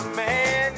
man